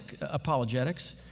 apologetics